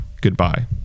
goodbye